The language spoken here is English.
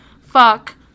fuck